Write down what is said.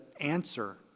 answer